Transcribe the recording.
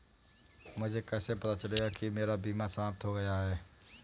मुझे कैसे पता चलेगा कि मेरा बीमा समाप्त हो गया है?